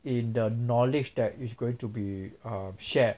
in the knowledge that is going to be err shared